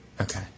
Okay